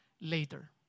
later